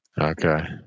okay